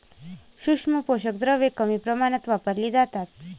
सूक्ष्म पोषक द्रव्ये कमी प्रमाणात वापरली जातात